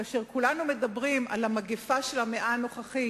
כאשר כולנו מדברים על המגפה של המאה הנוכחית,